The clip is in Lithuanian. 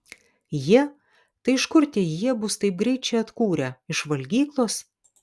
jie tai iš kur tie jie bus taip greit čia atkūrę iš valgyklos